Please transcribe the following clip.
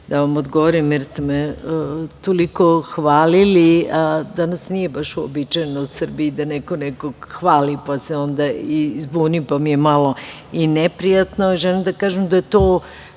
da vam odgovorim, jer ste me toliko hvalili. Danas nije baš uobičajeno u Srbiji da neko nekog hvali, pa se onda i zbunim, pa mi je malo i neprijatno. Želim da kažem da je moj